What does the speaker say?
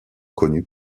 connue